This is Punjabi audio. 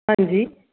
ਹਾਂਜੀ